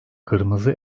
kırmızı